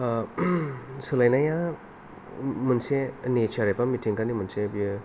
सोलायनाया मोनसे नेचार एबा मिथिंगानि मोनसे बियो